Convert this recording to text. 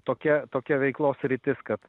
tokia tokia veiklos sritis kad